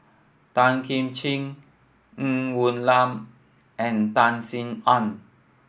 Tan Kim Ching Ng Woon Lam and Tan Sin Aun